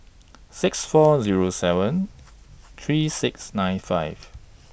six four Zero seven three six nine five